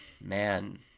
Man